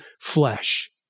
flesh